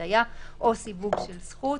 התליה או סיווג של זכות.